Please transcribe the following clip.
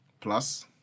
Plus